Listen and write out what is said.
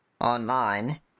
online